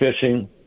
fishing